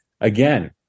again